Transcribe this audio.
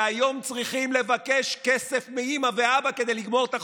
שהיום צריכים לבקש כסף מאימא ואבא כדי לגמור את החודש,